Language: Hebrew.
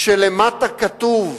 כשלמטה כתוב: